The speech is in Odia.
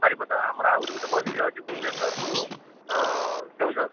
ବାରିପଦା ଆମର ଆହୁରି ଗୋଟେ ବସ୍ ବି ଯାଉଛି ଭୁବନେଶ୍ୱରରୁ କେଉଁଝର